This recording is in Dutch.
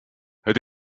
het